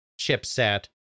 chipset